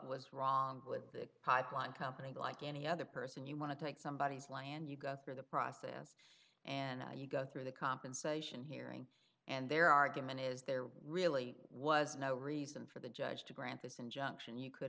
was wrong with that pipeline company like any other person you want to take somebody whose land you go through the process and you go through the compensation hearing and their argument is there really was no reason for the judge to grant this injunction you could